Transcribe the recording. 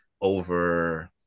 over